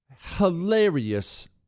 hilarious